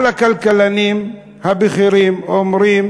כל הכלכלנים הבכירים אומרים